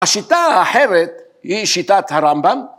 ‫השיטה האחרת היא שיטת הרמב״ם.